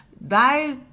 thy